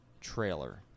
trailer